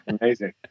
Amazing